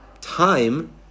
Time